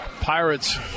Pirates